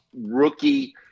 rookie